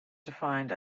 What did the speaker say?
defined